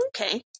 Okay